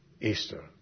Easter